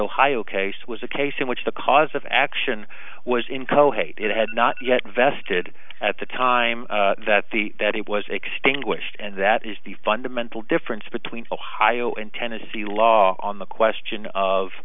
ohio case was a case in which the cause of action was in kohei it had not yet vested at the time that the that it was extinguished and that is the fundamental difference between ohio and tennessee law on the question of